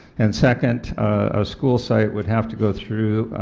and second a school site would have to go through,